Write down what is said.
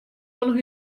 oan